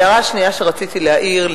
ההערה השנייה שרציתי להעיר,